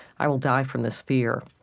i will die from this fear.